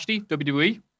WWE